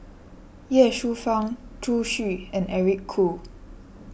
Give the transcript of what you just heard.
Ye Shufang Zhu Xu and Eric Khoo